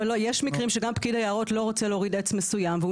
אבל יש מקרים שפקיד היערות לא רוצה להוריד עץ מסוים והוא